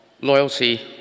loyalty